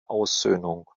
aussöhnung